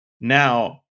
Now